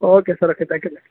okay sir okay thank you